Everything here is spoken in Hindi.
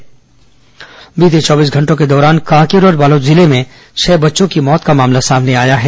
बच्चे मौत बीते चौबीस घंटों के दौरान कांकेर और बालोद जिले में छह बच्चों की मौत का मामला सामने आया है